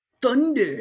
Thunder